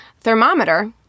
thermometer